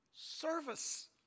Service